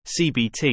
CBT